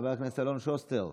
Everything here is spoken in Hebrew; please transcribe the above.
חבר הכנסת אלון שוסטר,